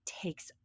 takes